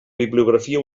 bibliografia